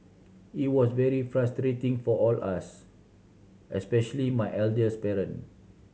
it was very frustrating for all us especially my elderly parent